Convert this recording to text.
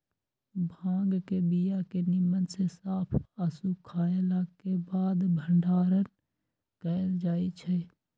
भांग के बीया के निम्मन से साफ आऽ सुखएला के बाद भंडारण कएल जाइ छइ